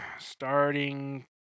Starting